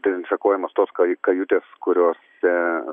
dezinfekuojamos tos kajutės kuriose